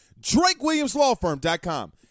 drakewilliamslawfirm.com